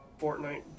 Fortnite